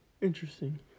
Interesting